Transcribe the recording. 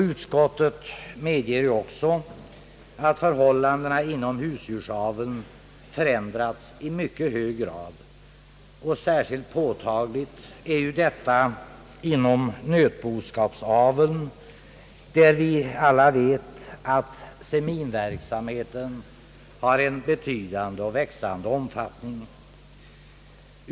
Utskottet medger också att förhållandena inom husdjursaveln förändrats i mycket hög grad, och särskilt påtagligt är detta inom nötboskapsaveln, där vi alla vet att seminverksamheten har en betydande och växande omfattning.